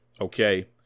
okay